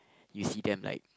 you see them like